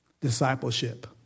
Discipleship